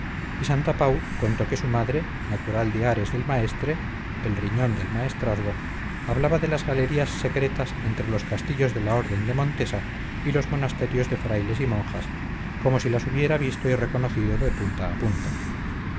y santapau contó que su madre natural de ares del maestre el riñón del maestrazgo hablaba de las galerías secretas entre los castillos de la orden de montesa y los monasterios de frailes y monjas como si las hubiera visto y reconocido de punta a punta